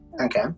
Okay